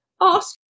ask